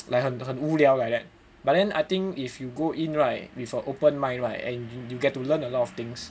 like 很很无聊 like that but then I think if you go in right with a open mind right you get to learn a lot of things